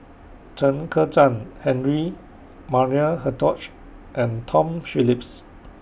Chen Kezhan Henri Maria Hertogh and Tom Phillips